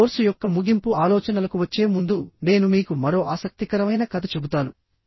ఈ కోర్సు యొక్క ముగింపు ఆలోచనలకు వచ్చే ముందు నేను మీకు మరో ఆసక్తికరమైన కథ చెబుతాను